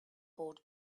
bought